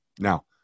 Now